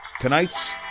Tonight's